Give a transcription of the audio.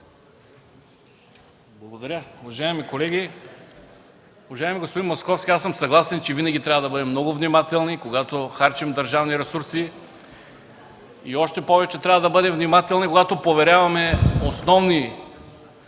Благодаря. Уважаеми колеги! Уважаеми господин Московски, съгласен съм, че винаги трябва да бъдем много внимателни, когато харчим държавни ресурси. Още повече трябва да бъдем внимателни, когато поверяваме основни